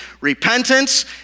repentance